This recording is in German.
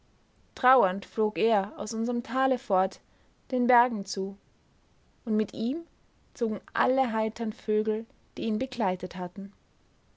trauernd flog er aus unserm tale fort den bergen zu und mit ihm zogen alle heiteren vögel die ihn begleitet hatten